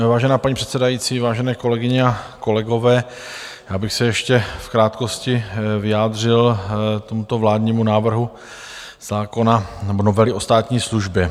Vážená paní předsedající, vážené kolegyně a kolegové, já bych se ještě v krátkosti vyjádřil k tomuto vládnímu návrhu zákona nebo novely o státní službě.